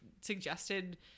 suggested